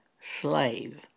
slave